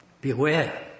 beware